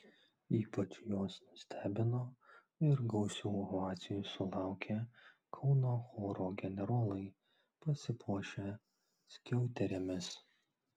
ypač juos nustebino ir gausių ovacijų sulaukė kauno choro generolai pasipuošę skiauterėmis